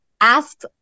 ask